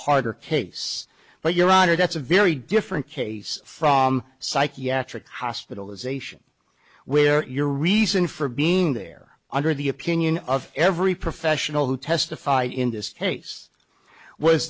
harder case but your honor that's a very different case from psychiatric hospitalization where your reason for being there under the opinion of every professional who testified in this case was